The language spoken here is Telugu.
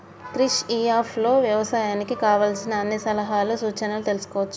క్రిష్ ఇ అప్ లో వ్యవసాయానికి కావలసిన అన్ని సలహాలు సూచనలు తెల్సుకోవచ్చు